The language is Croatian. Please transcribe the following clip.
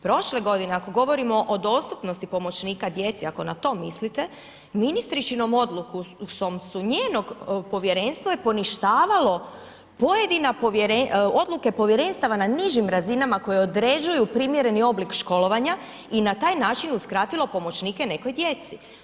Prošle godine ako govorimo o dostupnosti pomoćnika djece, ako na to mislite ministričinom odlukom su njenog, povjerenstvo je poništavalo pojedina odluke povjerenstava na nižim razinama koje određuju primjerni oblik školovanja i na taj način uskratilo pomoćnike nekoj djeci.